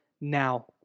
now